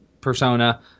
persona